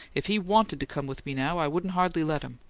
if he wanted to come with me now, i wouldn't hardly let him,